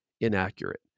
inaccurate